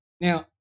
Now